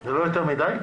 זה לא יותר מדי?